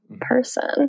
person